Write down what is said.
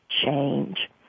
change